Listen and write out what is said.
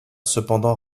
cependant